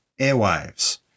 airwaves